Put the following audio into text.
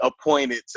appointed